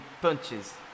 punches